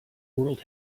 world